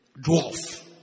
Dwarf